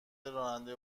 راننده